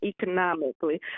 economically